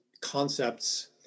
concepts